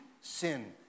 sin